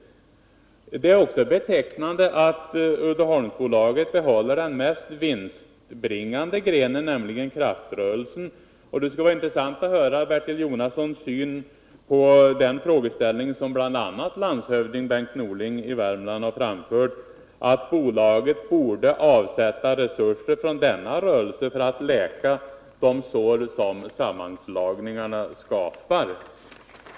Det är också betecknande att Uddeholmsbolaget behåller den vinstbringande grenen, nämligen kraftrörelsen. Det skulle vara intressant att höra hur Bertil Jonasson ser på den uppfattning som bl.a. landshövding Bengt Norling i Värmland har framfört, att bolaget borde avsätta resurser från denna rörelse för att läka de sår som sammanslagningarna medfört.